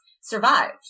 survived